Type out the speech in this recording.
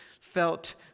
felt